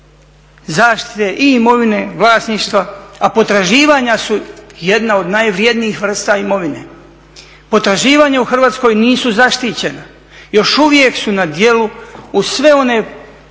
zaštite i imovine, vlasništva, a potraživanja su jedna od najvrjednijih vrsta imovine. Potraživanja u Hrvatskoj nisu zaštićena, još uvijek su na djelu uz sve one